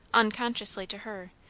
unconsciously to her,